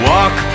Walk